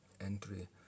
entry